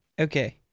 Okay